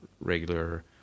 regular